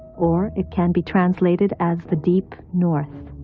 or, it can be translated as the deep north.